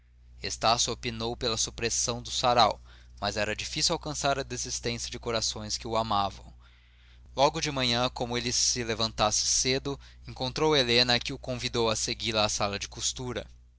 estácio opinou pela supressão do sarau mas era difícil alcançar a desistência de corações que o amavam logo de manhã como ele se levantasse cedo encontrou helena que o convidou a segui-la à sala de costura